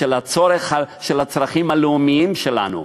של הצרכים הלאומיים שלנו.